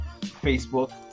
Facebook